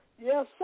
Yes